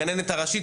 הגננת הראשית,